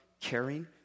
caring